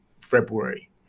February